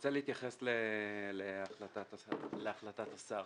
רוצה להתייחס להחלטת השר.